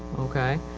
okay.